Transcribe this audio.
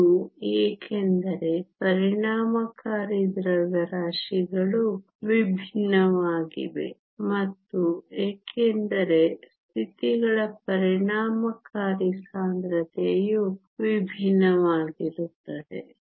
ಇದು ಏಕೆಂದರೆ ಪರಿಣಾಮಕಾರಿ ದ್ರವ್ಯರಾಶಿಗಳು ವಿಭಿನ್ನವಾಗಿವೆ ಮತ್ತು ಏಕೆಂದರೆ ಸ್ಥಿತಿಗಳ ಪರಿಣಾಮಕಾರಿ ಸಾಂದ್ರತೆಯು ವಿಭಿನ್ನವಾಗಿರುತ್ತದೆ